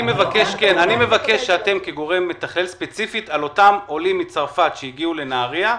אני מבקש שאתם כגורם מתכלל ספציפית על אותם עולים מצרפת שהגיעו לנהריה,